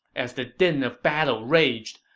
as the din of battle raged,